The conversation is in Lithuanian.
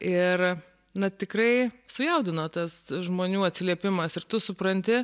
ir na tikrai sujaudino tas žmonių atsiliepimas ir tu supranti